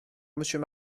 monsieur